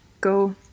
go